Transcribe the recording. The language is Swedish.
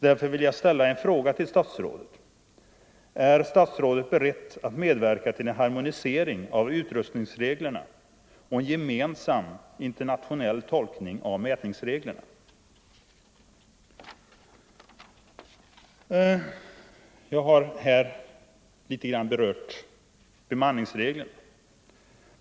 Därför vill jag ställa en fråga till statsrådet: Är statsrådet beredd att medverka till en harmonisering av utrustningsreglerna och en gemensam internationell tolkning av mätningsreglerna? Jag har nu något berört bemanningsreglerna.